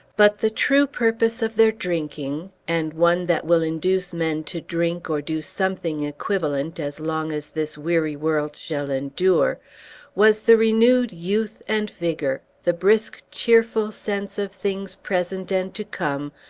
but the true purpose of their drinking and one that will induce men to drink, or do something equivalent, as long as this weary world shall endure was the renewed youth and vigor, the brisk, cheerful sense of things present and to come,